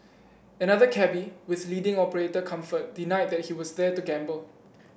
another cabby with leading operator Comfort denied that he was there to gamble